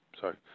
Sorry